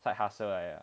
side hustle right